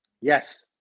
Yes